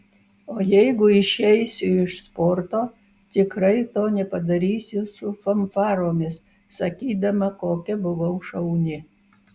o jeigu išeisiu iš sporto tikrai to nepadarysiu su fanfaromis sakydama kokia buvau šauni